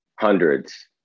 Hundreds